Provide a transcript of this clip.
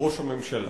ראש הממשלה.